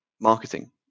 marketing